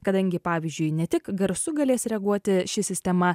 kadangi pavyzdžiui ne tik garsu galės reaguoti ši sistema